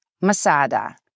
Masada